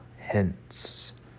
hence